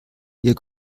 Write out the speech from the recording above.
ihr